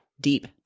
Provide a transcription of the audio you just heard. deep